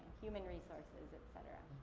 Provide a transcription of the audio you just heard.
human resources, et cetera.